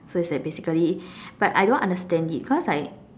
so it's like basically but I don't understand it cause like